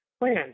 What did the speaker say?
plan